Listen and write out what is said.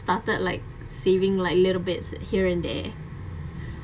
started like saving like little bits here and there